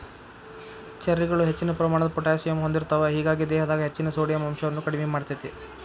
ಚೆರ್ರಿಗಳು ಹೆಚ್ಚಿನ ಪ್ರಮಾಣದ ಪೊಟ್ಯಾಸಿಯಮ್ ಹೊಂದಿರ್ತಾವ, ಹೇಗಾಗಿ ದೇಹದಾಗ ಹೆಚ್ಚಿನ ಸೋಡಿಯಂ ಅಂಶವನ್ನ ಕಡಿಮಿ ಮಾಡ್ತೆತಿ